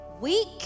week